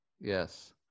Yes